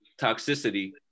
toxicity